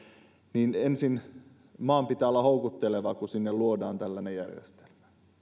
mutta ensin maan pitää olla houkutteleva kun sinne luodaan tällainen järjestelmä